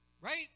Right